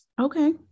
Okay